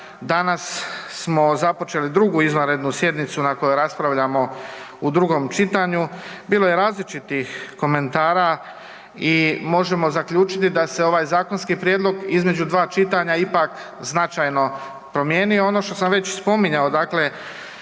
danas smo započeli 2. izvanrednu sjednicu na kojoj raspravljamo u drugom čitanju, bilo je različitih komentara i možemo zaključiti da se ovaj zakonski prijedlog između dva čitanja ipak značajno promijenio. Ono što sam već spominjao, dakle